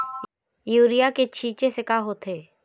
Urea के छींचे से का होथे?